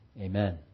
Amen